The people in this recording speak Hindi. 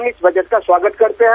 हम इस बजट का स्वागत करते हैं